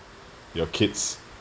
your kids